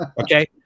Okay